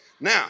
now